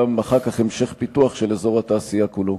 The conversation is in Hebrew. אחר כך גם המשך פיתוח של אזור התעשייה כולו?